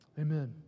Amen